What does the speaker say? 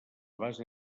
base